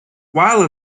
while